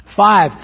Five